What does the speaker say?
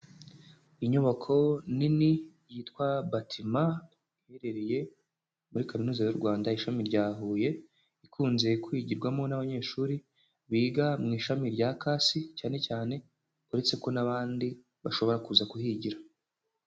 Inyubako nini yitwa Batiment iherereye muri Kaminuza y'u Rwanda, ishami rya Huye, ikunze kwigirwamo n'abanyeshuri biga mu ishami rya CASS cyane cyane, uretse ko n'abandi bashobora kuza kuhigira.